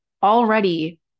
Already